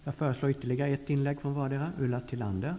Jag medger ytterligare ett inlägg från vardera talaren.